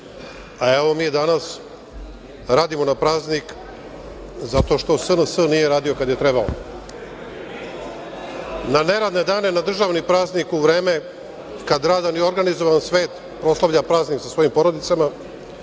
a evo mi danas radimo na praznik zato što SNS nije radio kad je trebao. Na neradne dane, na državni praznik u vreme kada radan i organizovan svet proslavlja praznik sa svojim porodicama,